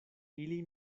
ili